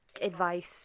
advice